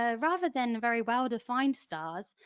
ah rather than very well defined stars,